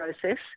process